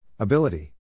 Ability